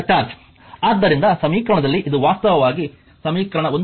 ಆದ್ದರಿಂದ ಸಮೀಕರಣದಲ್ಲಿ ಇದು ವಾಸ್ತವವಾಗಿ ಸಮೀಕರಣ 1